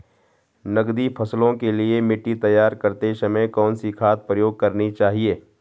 नकदी फसलों के लिए मिट्टी तैयार करते समय कौन सी खाद प्रयोग करनी चाहिए?